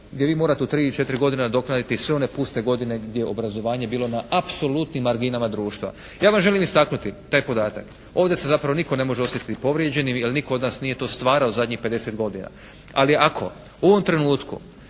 gdje vi morate u 3 i 4 godine nadoknaditi sve one puste godine gdje je obrazovanje bilo na apsolutnim marginama društva. Ja vam želim istaknuti taj podatak. Ovdje se zapravo nitko ne može osjetiti povrijeđenim jer nitko od nas to nije stvarao zadnjih 50 godina. Ali ako u ovom trenutku